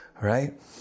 right